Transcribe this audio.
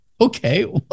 Okay